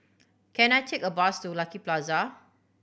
can I take a bus to Lucky Plaza